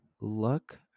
look